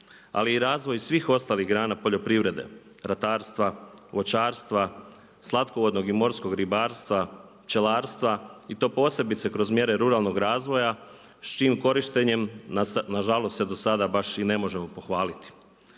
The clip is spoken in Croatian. ali i razvoj svih ostalih grana poljoprivrede, ratarstva, voćarstva, slatkovodnog i morskog ribarstva, pčelarstva i to posebice kroz mjere ruralnog razvoja s čijim korištenjem nažalost se do sada baš i ne možemo pohvaliti.